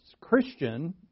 Christian